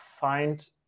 find